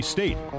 State